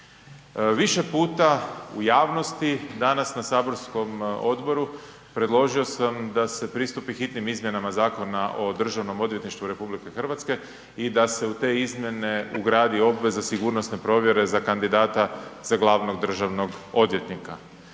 Više puta u javnosti danas na saborskom odboru predložio sam da se pristupi hitnim izmjenama Zakona o Državnom odvjetništvu RH i da se u te izmjene ugradi obveza sigurnosne provjere za kandidata za glavnog državnog odvjetnika.